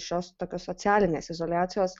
šios tokios socialinės izoliacijos